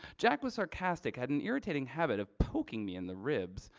jack was sarcastic had an irritating habit of poking me in the ribs.